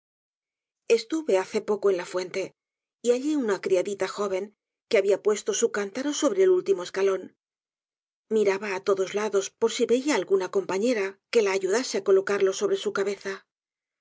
estuve hace poco en la fuente y hallé una criadita joven que habia puesto su cántaro sobre el último escalón miraba á todos lados por si veía alguna compañera que la ayudase á colocarlo sobre su cabeza